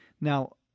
Now